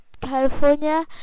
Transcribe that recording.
California